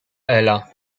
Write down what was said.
ela